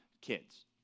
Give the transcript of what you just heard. kids